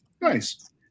Nice